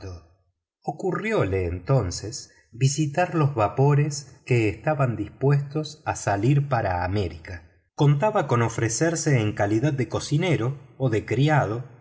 recuerdo ocurrióle entonces visitar los vapores que estaban dispuestos a salir para américa contaba con ofrecerse en calidad de cocinero o de criado